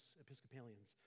Episcopalians